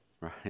right